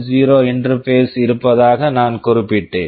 0 interface interface இருப்பதாக நான் குறிப்பிட்டேன்